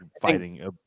fighting